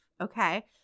Okay